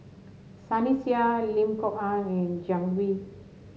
Sunny Sia Lim Kok Ann and Jiang Hu